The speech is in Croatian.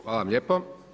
Hvala vam lijepa.